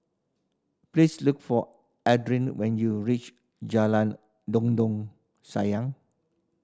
please look for when you reach Jalan Dondang Sayang